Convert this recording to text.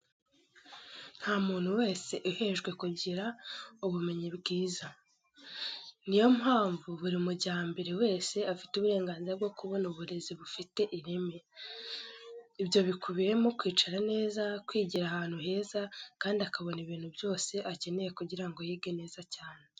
Nta muntu wese uhejwe kugira ubumenyi bwiza. Niyo mpamvu buri mujyambere wese afite uburenganzira bwo kubona uburezi bufite ireme. Ibyo bikubiyemo kwicara neza, kwigira ahantu heza, kandi akabona ibintu byose akeneye kugira ngo yige neza cyane.